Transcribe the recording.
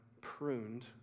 pruned